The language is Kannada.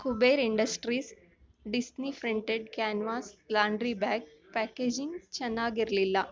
Kuber industries Disney printed canvas laundry bag packaging ಚೆನ್ನಾಗಿರಲಿಲ್ಲ